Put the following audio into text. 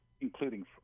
including